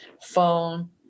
phone